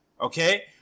Okay